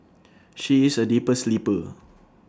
she is A deeper sleeper